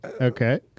Okay